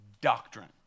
doctrine